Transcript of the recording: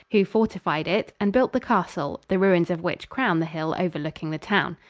who fortified it and built the castle the ruins of which crown the hill overlooking the town.